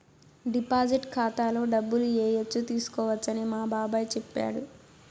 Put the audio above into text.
deposit ఖాతాలో డబ్బులు ఏయచ్చు తీసుకోవచ్చని మా బాబాయ్ చెప్పాడు